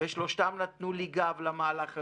ושלושתם נתנו לי גב למהלך הזה.